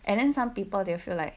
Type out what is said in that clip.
and then some people they feel like